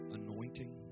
anointing